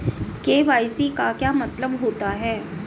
KYC का क्या मतलब होता है?